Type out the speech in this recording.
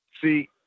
See